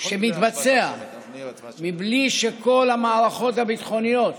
שמתבצע בלי שכל המערכות הביטחוניות